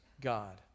God